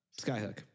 Skyhook